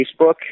Facebook